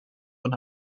van